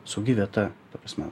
saugi vieta ta prasme